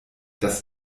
das